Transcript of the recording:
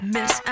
Miss